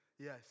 Yes